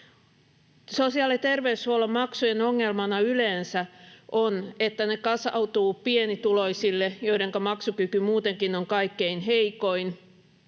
Sosiaali- ja terveyshuollon maksujen ongelmana yleensä on, että ne kasautuvat pienituloisille, joidenka maksukyky muutenkin on kaikkein heikoin.